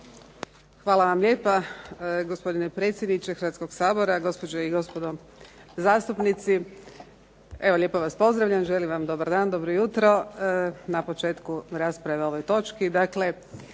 Hvala vam lijepa gospodine predsjedniče Hrvatskog sabora, gospođe i gospodo zastupnici. Evo lijepo vas pozdravljam, želim vam dobar dan, dobro jutro na početku rasprave o ovoj točki.